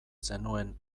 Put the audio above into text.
zenuen